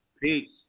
Peace